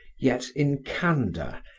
yet, in candour,